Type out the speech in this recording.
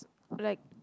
like